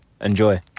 Enjoy